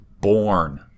born